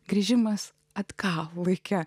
grįžimas atgal vaike